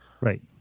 Right